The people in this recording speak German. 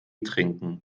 trinken